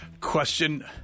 Question